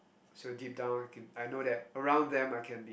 so deep down I can I know that around them I can